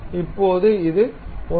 இப்போது இது 1